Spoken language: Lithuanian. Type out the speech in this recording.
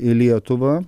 į lietuvą